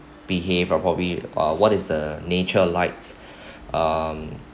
behave or probably or what is the nature like